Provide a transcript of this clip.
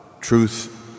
truth